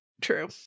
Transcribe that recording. true